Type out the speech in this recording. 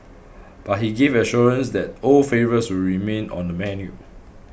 but he gave assurance that old favourites remain on the menu